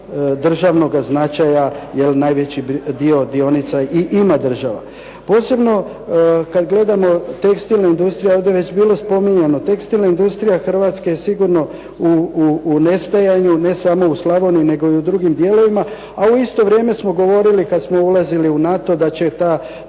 državnog značaja jer najveći dio dionica i ima država. Posebno kad gledamo tekstilne industrije, ovdje je već bilo spominjano, tekstilna industrija hrvatska je sigurno u nestajanju, ne samo u Slavoniji nego i u drugim dijelovima, a u isto vrijeme smo govorili kad smo ulazili u NATO da će ta